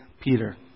Peter